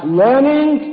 learning